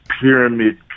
pyramid